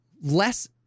less